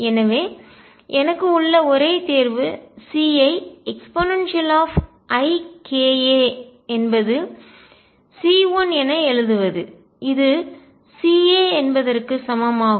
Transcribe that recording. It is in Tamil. எனவே எனக்கு உள்ள ஒரே தேர்வு C ஐ eika என்பது c 1 என எழுதுவது இது C என்பதற்கு சமம் ஆகும்